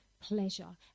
pleasure